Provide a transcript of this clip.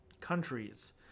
countries